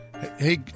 Hey